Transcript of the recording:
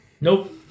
Nope